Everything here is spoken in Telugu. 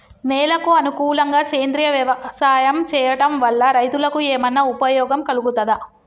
నేలకు అనుకూలంగా సేంద్రీయ వ్యవసాయం చేయడం వల్ల రైతులకు ఏమన్నా ఉపయోగం కలుగుతదా?